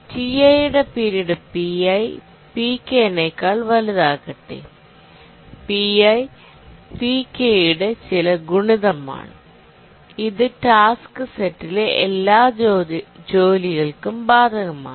Ti യുടെ period Pi Pk നേക്കാൾ വലുതാകട്ടെ Pi Pk യുടെ ചില ഗുണിതമാണ് ഇത് ടാസ്ക് സെറ്റിലെ എല്ലാ ജോലികൾക്കും ബാധകമാണ്